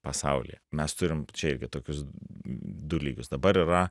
pasaulyje mes turim čia irgi tokius du lygius dabar yra